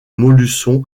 montluçon